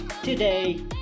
Today